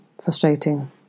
frustrating